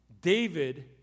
David